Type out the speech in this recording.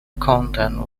content